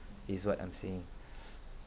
is what I'm saying